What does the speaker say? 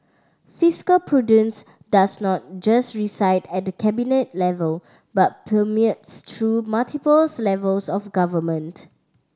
fiscal prudence does not just reside at the Cabinet level but permeates through multiples levels of government